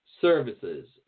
services